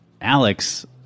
Alex